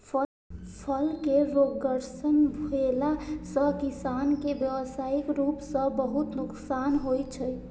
फल केर रोगग्रस्त भेला सं किसान कें व्यावसायिक रूप सं बहुत नुकसान होइ छै